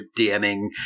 DMing